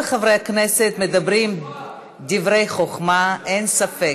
כל חברי הכנסת מדברים דברי חוכמה, אין ספק,